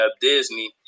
disney